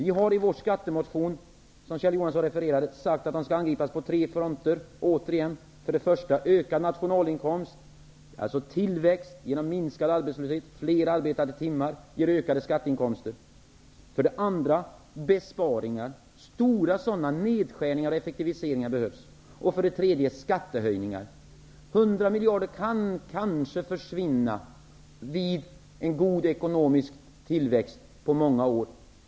I vår skattemotion, som Kjell Johansson refererade till, har vi sagt att underskotten skall angripas på tre fronter. För det första skall man öka nationalinkomsten, dvs. tillväxt genom minskad arbetslöshet. Fler arbetade timmar ger ökade skatteinkomster. För det andra behöver man göra besparingar. Stora nedskärningar och effektiviseringar behövs. För det tredje krävs skattehöjningar. 100 miljarder kan kanske försvinna vid en god ekonomisk tillväxt på många år.